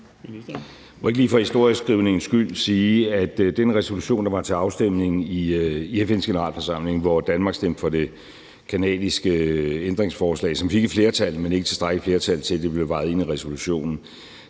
jeg ikke lige for historieskrivningens skyld sige, at den resolution, der var til afstemning på FN's Generalforsamling, hvor Danmark stemte for det canadiske ændringsforslag, som fik et flertal, men ikke et tilstrækkeligt flertal til, at det blev taget ind i resolutionen,